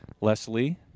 Leslie